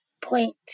point